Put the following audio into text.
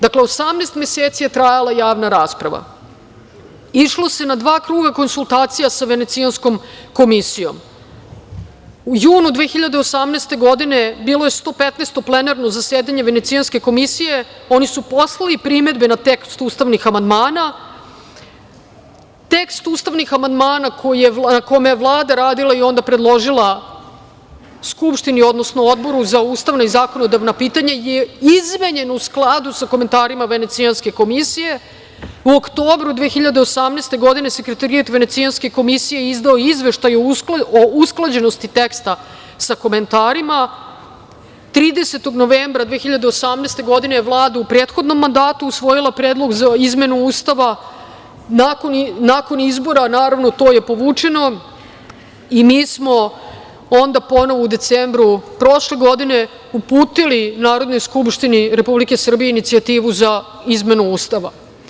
Dakle, 18 meseci, je trajala javna rasprava, išlo se na dva kruga konsultacija sa Venecijanskom komisijom, u junu 2018. godine, bilo je 115. plenarno zasedanje Venecijanske komisije, oni su poslali primedbe na tekst ustavnih amandmana, i tekst ustavnih amandmana, kome je Vlada radila i onda predložila Skupštini, odnosno Odboru za ustavna i zakonodavna pitanja je izmenjen u skladu sa komentarima Venecijanske komisije, u oktobru 2018. godine, Sekretarijat Venecijanske komisije je izdao Izveštaj o usklađenosti teksta sa komentarima, a 30. novembra 2018. godine, Vladu u prethodnom mandatu usvojila je predlog za izmenu Ustava, nakon izbora je to povučeno, i mi smo onda ponovo u decembru prošle godine uputili Narodnoj Skupštini Republike Srbije inicijativu za izmenu Ustava.